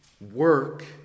work